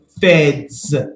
feds